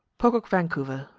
pocock vancouver.